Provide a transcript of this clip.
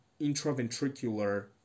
intraventricular